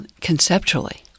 conceptually